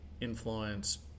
influence